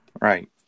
Right